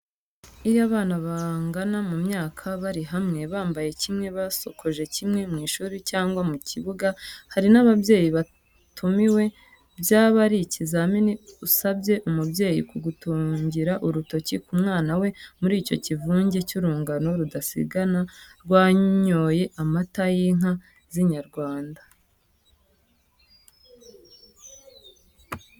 Iyo abana bangana mu myaka bari hamwe, bambaye kimwe, basokoje kimwe, mu ishuri cyangwa mu kibuga; hari n'ababyeyi batumiwe, byaba ari ikizamini usabye umubyeyi kugutungira urutoki ku mwana we, muri icyo kivunge cy'urungano rudasigana rwanyoye amata y'inka z'inyarwanda.